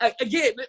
Again